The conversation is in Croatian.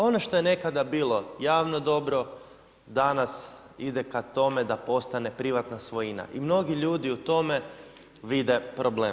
Ono što je nekada bilo javno dobro danas ide k tome da postane privatna svojima i mnogi ljudi u tome vide problem.